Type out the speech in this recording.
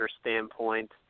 standpoint